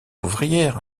ouvrière